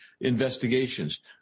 investigations